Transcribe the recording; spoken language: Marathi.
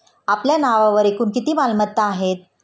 आपल्या नावावर एकूण किती मालमत्ता आहेत?